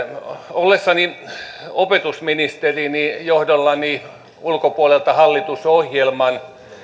ollessani opetusministeri toteutin ulkopuolelta hallitusohjelman